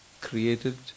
created